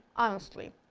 honestly.